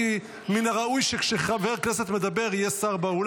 כי מן הראוי שכשחבר הכנסת מדבר יהיה שר באולם.